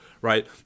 right